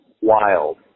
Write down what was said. wild